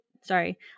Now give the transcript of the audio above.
sorry